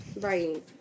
Right